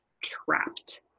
trapped